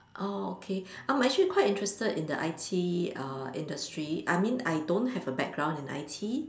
oh okay I'm actually quite interested in the I_T uh industry I mean I don't have a background in I_T